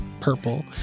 Purple